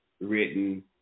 written